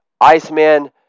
Iceman